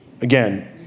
again